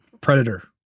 Predator